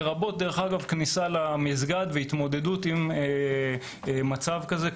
לרבות כניסה למסגד והתמודדות עם מצב כזה,